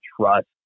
trust